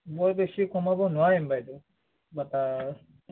মই বেছি কমাব নোৱাৰিম বাইদেউ বাটাৰ